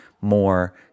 more